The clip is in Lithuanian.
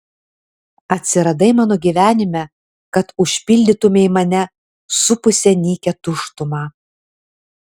atsiradai mano gyvenime kad užpildytumei mane supusią nykią tuštumą